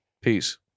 Peace